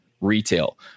retail